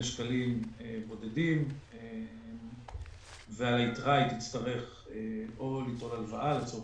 שקלים בודדים והיתרה תצטרך להיות בהלוואה לצורך